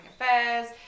affairs